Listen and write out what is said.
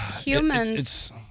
humans